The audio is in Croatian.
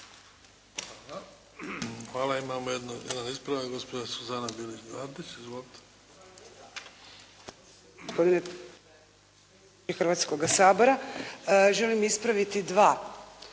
Hvala. Imamo jedan ispravak, gospođa Suzana Bilić Vardić. Izvolite.